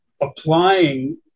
applying